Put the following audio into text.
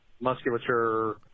musculature